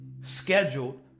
scheduled